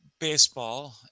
baseball